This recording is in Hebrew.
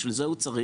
בשביל זה הוא צריך,